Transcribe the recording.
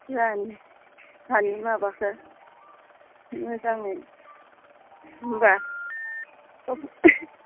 जाहानि हानि माबाखो मोजाङै होमब्ला